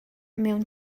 mewn